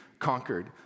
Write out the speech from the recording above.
conquered